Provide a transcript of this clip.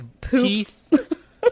teeth